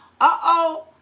uh-oh